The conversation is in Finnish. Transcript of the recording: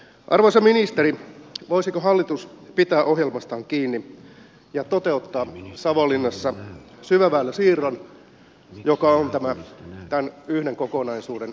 arvoisa ministeri voisiko hallitus pitää ohjelmastaan kiinni ja toteuttaa savonlinnassa syväväylän siirron joka on tämän yhden kokonaisuuden